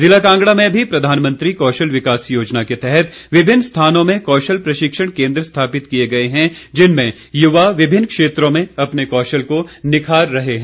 ज़िला कांगड़ा में भी प्रधानमंत्री कौशल विकास योजना के तहत विभिन्न स्थानों में कौशल प्रशिक्षण केन्द्र स्थापित किए गए हैं जिनमें युवा विभिन्न क्षेत्रों में अपने कौशल को निखार रहे हैं